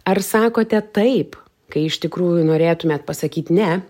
ar sakote taip kai iš tikrųjų norėtumėt pasakyt ne